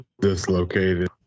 dislocated